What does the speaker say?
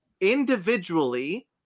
individually